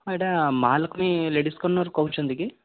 ହଁ ଏଇଟା ମହାଲକ୍ଷ୍ମୀ ଲେଡ଼ିସ୍ କର୍ଣ୍ଣର୍ରୁ କହୁଛନ୍ତି କି